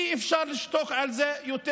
אי-אפשר לשתוק על זה יותר.